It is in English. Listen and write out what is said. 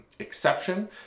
exception